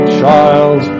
child